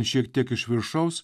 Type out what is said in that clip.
šiek tiek iš viršaus